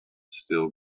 still